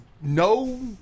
no